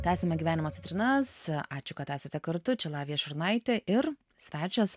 tęsiame gyvenimo citrinas ačiū kad esate kartu čia lavija šurnaitė ir svečias